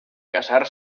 casar